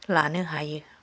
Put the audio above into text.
लानो हायो